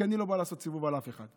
כי אני לא בא לעשות סיבוב על אף אחד,